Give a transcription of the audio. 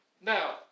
Now